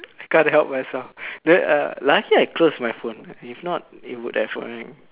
I can't help myself then uh lucky I close my phone if not it would have rang